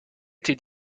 été